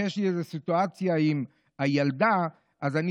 כשיש לי איזה סיטואציה עם הילדה אז אני